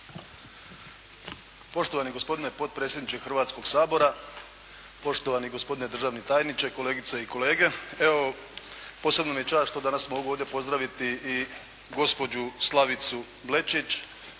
Poštovani gospodine potpredsjedniče Hrvatskog sabora, poštovani gospodine državni tajniče, kolegice i kolege. Evo, posebna mi je čast što danas mogu ovdje pozdraviti i gospođu Slavicu Plečić